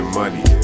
money